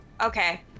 okay